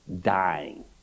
dying